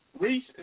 Reese